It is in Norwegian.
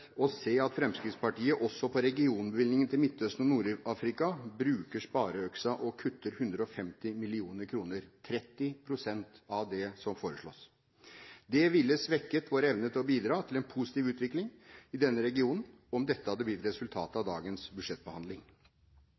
å se at Fremskrittspartiet også på regionbevilgningen til Midtøsten og Nord-Afrika bruker spareøksen og kutter 150 mill. kr, 30 pst. av det som foreslås. Det ville svekket vår evne til å bidra til en positiv utvikling i denne regionen om dette hadde blitt resultatet av dagens budsjettbehandling.